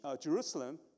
Jerusalem